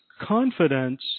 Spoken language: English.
confidence